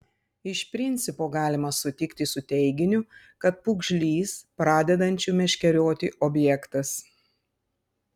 iš principo galima sutikti su teiginiu kad pūgžlys pradedančių meškerioti objektas